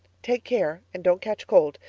take care and don't catch cold.